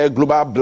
Global